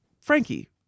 Frankie